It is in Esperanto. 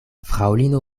fraŭlino